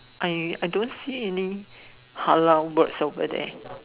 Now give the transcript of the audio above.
I I don't see say any halal words over there